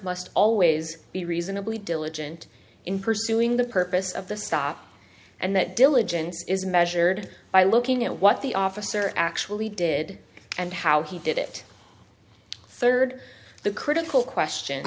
must always be reasonably diligent in pursuing the purpose of the stop and that diligence is measured by looking at what the officer actually did and how he did it third the critical question